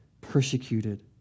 persecuted